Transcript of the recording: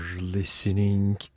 listening